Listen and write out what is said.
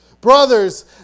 Brothers